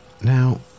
Now